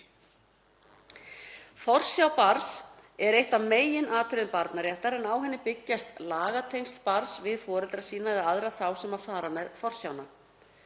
Forsjá barns er eitt af meginatriðum barnaréttar en á henni byggjast lagatengsl barns við foreldra sína eða aðra þá sem fara með forsjána.